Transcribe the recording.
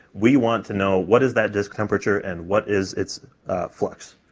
we want to know what is that disk temperature and what is its flux.